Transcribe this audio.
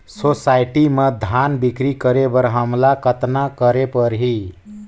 Society म धान बिक्री करे बर हमला कतना करे परही?